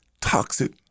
Toxic